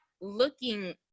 looking